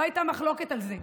לא הייתה מחלוקת על זה.